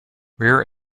rear